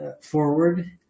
forward